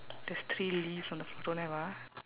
there's three leaves on the don't have ah